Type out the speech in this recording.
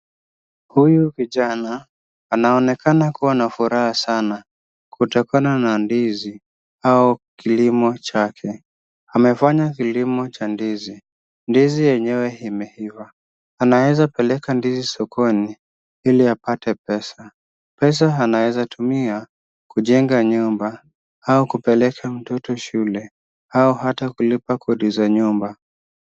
Huyu kijana anaonekana kuwa na furaha kutokana na ndizi au kilimo chake. amefanya kilimo cha ndizi. Ndizi yenyewe imeiva, anaweza peleka ndizi sokoni ili apate pesa. Pesa anaweza tumia kujenga nyumba au kupeleka mtoto shule au hata kulia kodi za nyumba.